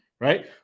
right